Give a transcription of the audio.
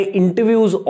interviews